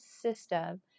system